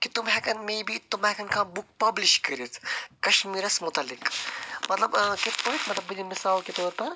کہِ تِم ہیٚکن مے بی تِم ہیٚکن کانٛہہ بُک پَبلِش کٔرِتھ کَشمیٖرَس متعلق مطلب ٲں کِتھ پٲٹھۍ مطلب بہٕ دِمہٕ مِثال کے طور پر